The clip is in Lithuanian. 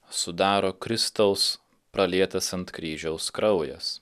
sudaro kristaus pralietas ant kryžiaus kraujas